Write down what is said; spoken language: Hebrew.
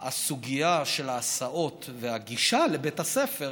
הסוגיה של ההסעות והגישה לבית הספר,